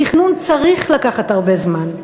תכנון צריך לקחת הרבה זמן.